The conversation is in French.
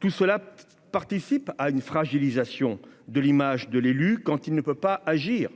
tout cela participe à une fragilisation de l'image de l'élu, quand il ne peut pas agir